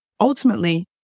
Ultimately